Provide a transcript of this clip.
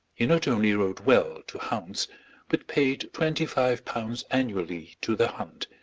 he not only rode well to hounds but paid twenty-five pounds annually to the hunt,